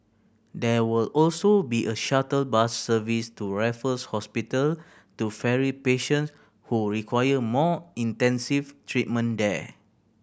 there will also be a shuttle bus service to Raffles Hospital to ferry patients who require more intensive treatment there